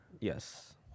Yes